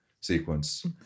sequence